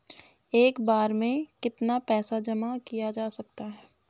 एक बार में कितना पैसा जमा किया जा सकता है?